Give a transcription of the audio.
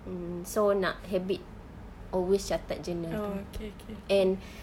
mm so nak habit always catat journal itu and